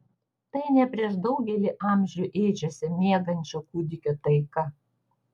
tai ne prieš daugelį amžių ėdžiose miegančio kūdikio taika